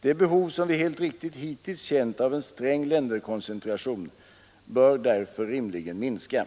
Det behov som vi helt riktigt hittills känt av en sträng länderkoncentration bör därför minska.